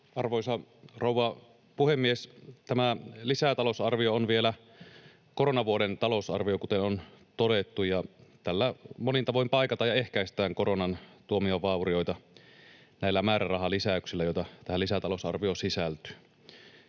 Arvoisa rouva puhemies! Tämä lisätalousarvio on vielä koronavuoden talousarvio, kuten on todettu. Tällä monin tavoin paikataan ja ehkäistään koronan tuomia vaurioita näillä määrärahalisäyksillä, joita tähän lisätalousarvioon sisältyy.